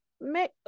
make